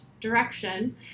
direction